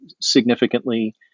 significantly